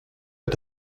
est